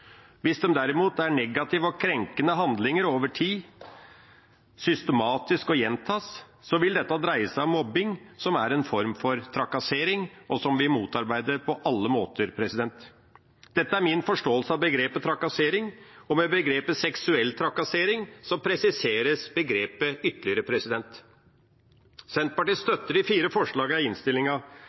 Hvis det derimot er negative og krenkende handlinger over tid, som er systematisk og gjentas, vil dette dreie seg om mobbing, som er en form for trakassering, og som vi motarbeider på alle måter. Dette er min forståelse av begrepet «trakassering». Med begrepet «seksuell trakassering» presiseres begrepet ytterligere. Senterpartiet støtter de fire forslagene i innstillinga